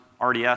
RDS